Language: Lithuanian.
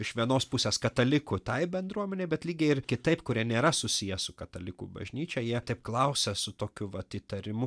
iš vienos pusės katalikų tai bendruomenei bet lygiai ir kitaip kurie nėra susiję su katalikų bažnyčia jie taip klausia su tokiu vat įtarimu